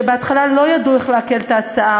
שבהתחלה לא ידעו איך לעכל את ההצעה